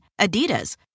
Adidas